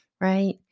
right